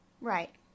Right